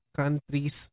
countries